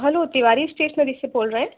hello Tiwari stationery से बोल रहें